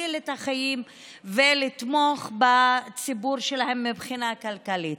להציל את החיים ולתמוך בציבור שלהם מבחינה כלכלית.